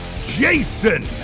Jason